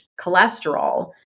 cholesterol